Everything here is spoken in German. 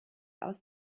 aus